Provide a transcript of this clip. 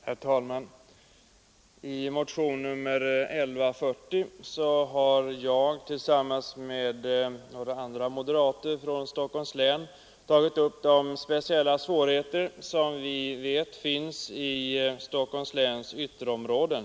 Herr talman! I motionen 1140 har jag tillsammans med några andra moderater från Stockholms län tagit upp de speciella svårigheter som vi vet finns i Stockholms läns ytterområden.